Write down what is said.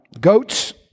goats